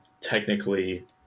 technically